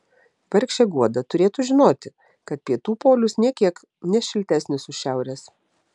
vargšė guoda turėtų žinoti kad pietų polius nė kiek ne šiltesnis už šiaurės